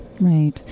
right